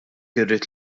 irrid